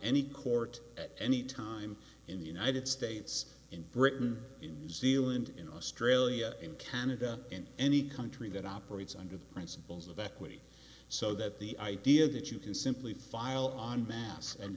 any court at any time in the united states in britain in zealand in australia in canada in any country that operates under the principles of equity so that the idea that you can simply file on mass and